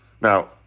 Now